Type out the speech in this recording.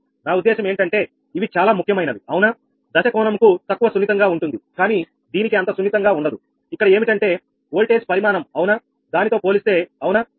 నా ఉద్దేశ్యం ఏంటంటే ఇవి చాలా ముఖ్యమైనవి అవునా దశ కోణం కు తక్కువ సున్నితంగా ఉంటుందికానీ దీనికి అంత సున్నితంగా ఉండదు ఇక్కడ ఏమిటంటే ఓల్టేజ్ పరిమాణం అవునా దానితో పోలిస్తే అవునా